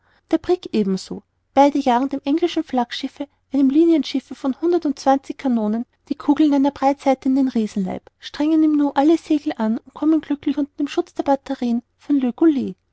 der brigg ebenso beide jagen dem englischen flaggenschiffe einem linienschiff von hundert und zwanzig kanonen die kugeln einer breitseite in den riesenleib strengen im nu alle segel an und kommen glücklich unter den schutz der batterien von le